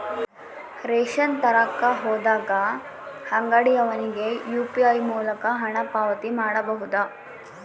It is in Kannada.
ರೇಷನ್ ತರಕ ಹೋದಾಗ ಅಂಗಡಿಯವನಿಗೆ ಯು.ಪಿ.ಐ ಮೂಲಕ ಹಣ ಪಾವತಿ ಮಾಡಬಹುದಾ?